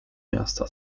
miasta